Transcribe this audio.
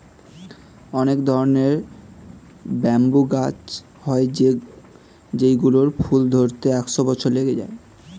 অনেক ধরনের ব্যাম্বু গাছ হয় যেই গুলোর ফুল ধরতে একশো বছর লেগে যায়